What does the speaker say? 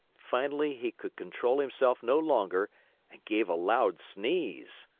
finally, he could control himself no longer and gave a loud sneeze.